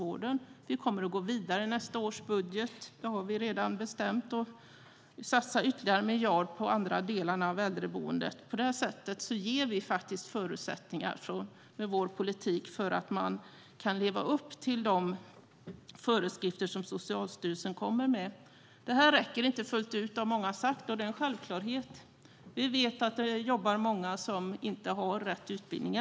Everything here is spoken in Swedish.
Vi har redan bestämt att vi kommer att gå vidare i nästa års budget och satsa ytterligare 1 miljard på andra delar av äldreboendena. På det sättet ger vi förutsättningar för vår politik att leva upp till de föreskrifter som Socialstyrelsen lägger fram. Det är självklart att det här inte räcker fullt ut. Vi vet att det jobbar många i äldreomsorgen som inte har rätt utbildning.